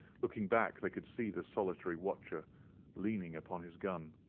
looking back, they could see the solitary watcher leaning upon his gun,